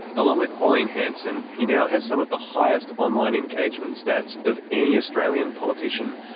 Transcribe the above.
along with pauline hanson, he now has some of the highest online engagement stats of any australian politician.